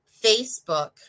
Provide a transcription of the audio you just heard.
Facebook